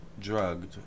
drugged